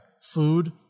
Food